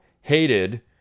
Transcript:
hated